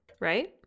right